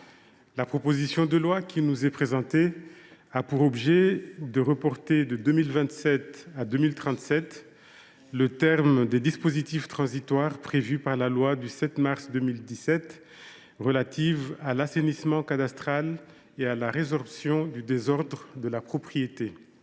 la proposition de loi qui nous est présentée a pour objet de reporter de 2027 à 2037 le terme des dispositifs transitoires institués par la loi du 6 mars 2017 visant à favoriser l’assainissement cadastral et la résorption du désordre de la propriété.